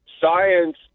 Science